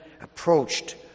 approached